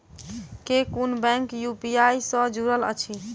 केँ कुन bank UPI सँ जुड़ल अछि?